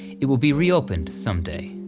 it will be reopened someday.